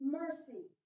mercy